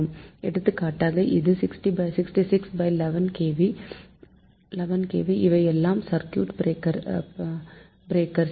எடுத்துகாட்டாக இது 6611 kV இவையெல்லாம் circuit breakers